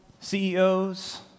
CEOs